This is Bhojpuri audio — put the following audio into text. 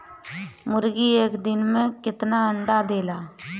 मुर्गी एक दिन मे कितना अंडा देला?